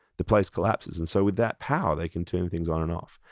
the place collapses. and so with that power, they can turn things on and off.